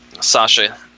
Sasha